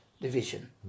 division